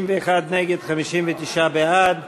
61 נגד, 59 בעד.